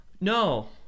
No